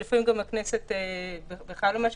לפעמים, גם הכנסת בכלל לא מאשרת.